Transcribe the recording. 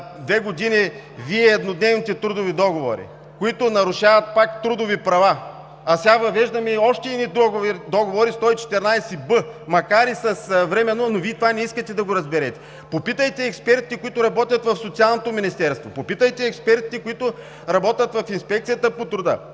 Вие въведохте еднодневните трудови договори преди две години, които нарушават пак трудови права. А сега въвеждаме още едни договори – 114б, макар и временно, но Вие това не искате да го разберете. Попитайте експертите, които работят в Социалното министерство, попитайте експертите, които работят в Инспекцията по труда,